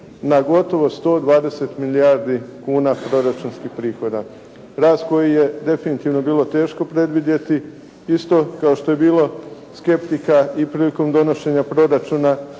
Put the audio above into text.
na gotovo 120 milijardi kuna proračunskih prihoda. Rast koji je definitivno bilo teško predvidjeti isto kao što je bilo skeptika i prilikom donošenja proračuna